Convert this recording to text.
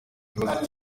ikibazo